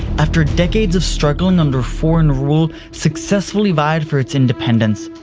after decades of struggling under foreign rule, successfully vyed for its independence.